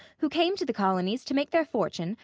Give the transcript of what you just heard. who came to the colonies to make their fortune,